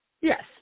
Yes